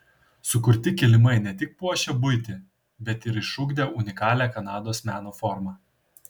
sukurti kilimai ne tik puošė buitį bet ir išugdė unikalią kanados meno formą